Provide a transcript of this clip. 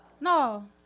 No